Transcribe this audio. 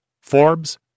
Forbes